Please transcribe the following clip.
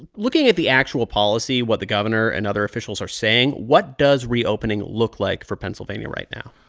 looking at the actual policy, what the governor and other officials are saying, what does reopening look like for pennsylvania right now?